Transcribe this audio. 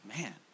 man